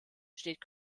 steht